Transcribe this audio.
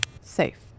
Safe